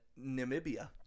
namibia